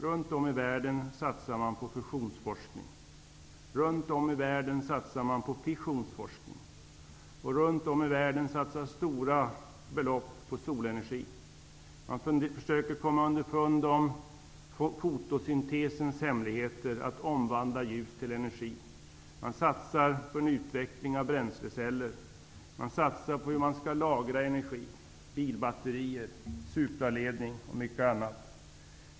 Runt om i världen satsar men på fusionsforskning. Runt om i världen satsar man på fissionsforskning. Runt om i världen satsas stora belopp på solenergi. Man försöker komma underfund med fotosyntesens möjligheter att omvandla ljus till energi. Man satsar på en utveckling av bränsleceller. Man satsar på lagring av energi, bilbatterier, supraledning och mycket annat.